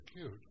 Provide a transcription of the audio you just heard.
cute